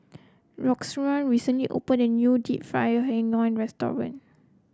Roxane recently open a new deep fried hiang restaurant